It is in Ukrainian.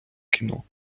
кіно